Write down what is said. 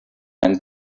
and